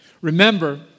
Remember